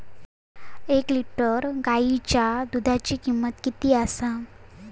एक लिटर गायीच्या दुधाची किमंत किती आसा?